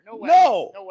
No